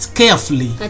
carefully